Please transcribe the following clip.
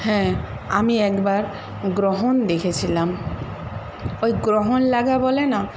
হ্যাঁ আমি একবার গ্রহণ দেখেছিলাম ওই গ্রহণ লাগা বলে না